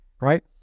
Right